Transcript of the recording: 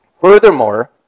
Furthermore